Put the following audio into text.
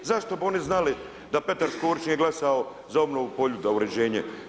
Zašto bi oni znali da Petar Škorić nije glasao za obnovu Poljuda, uređenje?